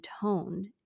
toned